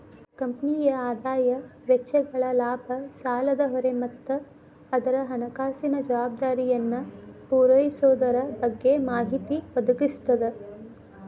ಕಂಪನಿಯ ಆದಾಯ ವೆಚ್ಚಗಳ ಲಾಭ ಸಾಲದ ಹೊರೆ ಮತ್ತ ಅದರ ಹಣಕಾಸಿನ ಜವಾಬ್ದಾರಿಯನ್ನ ಪೂರೈಸೊದರ ಬಗ್ಗೆ ಮಾಹಿತಿ ಒದಗಿಸ್ತದ